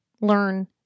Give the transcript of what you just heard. learn